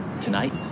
tonight